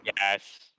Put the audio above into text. Yes